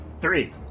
three